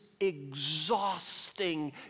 exhausting